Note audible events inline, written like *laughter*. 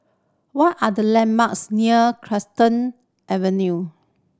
what are the landmarks near *unintelligible* Avenue